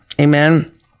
Amen